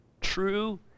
True